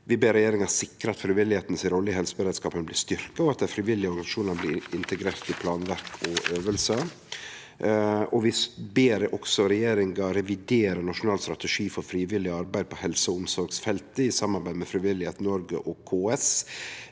vi ber «regjeringen sikre at frivillighetens rolle i helseberedskapen styrkes, og at de frivillige organisasjonene integreres i planverk og øvelser». Vi ber også «regjeringen revidere Nasjonal strategi for frivillig arbeid på helse- og omsorgsfeltet (…) i samarbeid med Frivillighet Norge og KS»,